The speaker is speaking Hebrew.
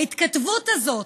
ההתכתבות הזאת,